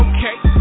Okay